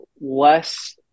less